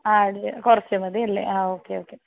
അല്ലേ കുറച്ചു മതിയല്ലേ അ ഓക്കേ ഓക്കേ